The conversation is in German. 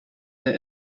der